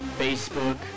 Facebook